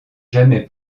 jamais